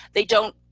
they don't,